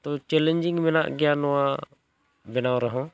ᱛᱚ ᱪᱮᱞᱮᱧᱡᱤᱝ ᱢᱮᱱᱟᱜ ᱜᱮᱭᱟ ᱱᱚᱣᱟ ᱵᱮᱱᱟᱣ ᱨᱮᱦᱚᱸ